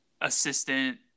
assistant